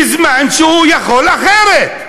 בזמן שהוא יכול אחרת.